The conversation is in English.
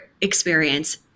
experience